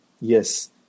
Yes